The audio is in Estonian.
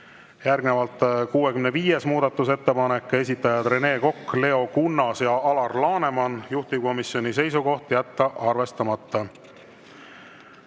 Järgnevalt 65. muudatusettepanek, esitajad Rene Kokk, Leo Kunnas ja Alar Laneman. Juhtivkomisjoni seisukoht: jätta arvestamata.